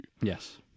Yes